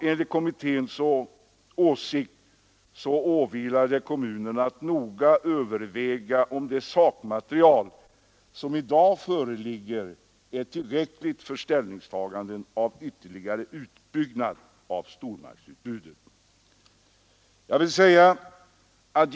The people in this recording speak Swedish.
Enligt kommit téns åsikt åvilar det kommunerna att noga överväga om det sakmaterial som i dag föreligger är tillräckligt för ställningstaganden till ytterligare utbyggnad av stormarknadsutbudet.